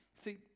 See